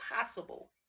possible